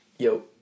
Yo